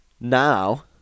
Now